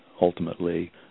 ultimately